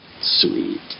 Sweet